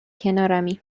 کنارمی